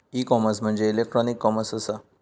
E commerce म्हणजे electronic commerce असा